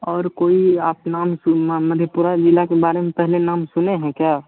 और कोई आप नाम सुना मधेपुरा जिला के बारे में पहले नाम सुने हैं क्या